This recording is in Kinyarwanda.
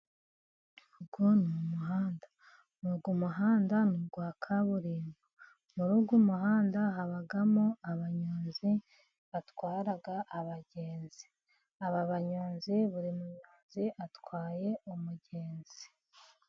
Uwo ni umuhanda. Uwo muhanda ni uwa kaburimbo. Muri uwo muhanda habamo abanyonzi batwara abagenzi. Aba banyonzi, buri munyonzi atwaye umugenzi.